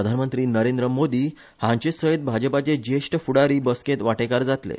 प्रधानमंत्री नरेंद्र मोदी हांचेसयत भाजपाचे जेष्ट फूडारी बसकेंत वांटेकार जातले